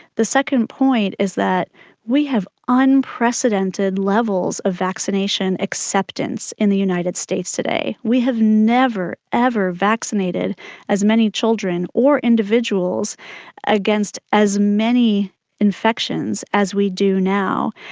the second point is that we have unprecedented levels of vaccination acceptance in the united states today. we have never, ever vaccinated as many children or individuals against as many infections as we do now.